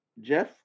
Jeff